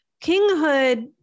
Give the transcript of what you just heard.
Kinghood